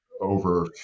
over